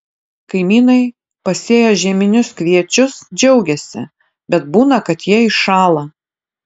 kaimynai pasėję žieminius kviečius džiaugiasi bet būna kad jie iššąla